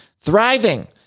Thriving